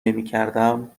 نمیکردم